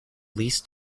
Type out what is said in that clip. least